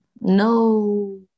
no